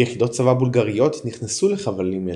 ויחידות צבא בולגריות נכנסו לחבלים אלו.